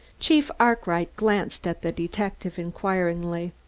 chief arkwright glanced at the detective inquiringly.